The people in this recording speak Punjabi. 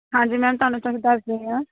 ਹਾਂਜੀ ਮੈਮ ਤੁਹਾਨੂੰ ਦੱਸਦੀ ਹਾਂ